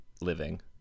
living